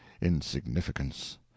insignificance